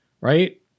right